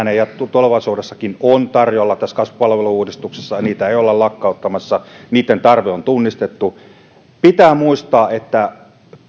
tulevaisuudessakin on tarjolla tässä kasvupalvelu uudistuksessa eli niitä ei olla lakkauttamassa niitten tarve on tunnistettu pitää muistaa että